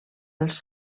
els